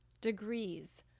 degrees